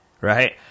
right